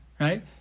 right